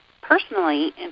personally